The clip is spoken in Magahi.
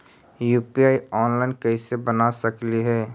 यु.पी.आई ऑनलाइन कैसे बना सकली हे?